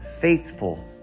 faithful